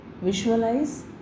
visualize